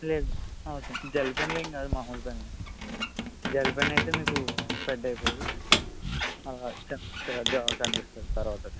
లేదు జెల్ పెన్లు ఏమి కాదు మామూలు పెన్లు జెల్ పెన్ అయితే మీకు స్ప్రెడ్ అయిపోయి చ చిరాకుగా కనిపిస్తుంది తర్వాత అది